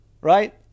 Right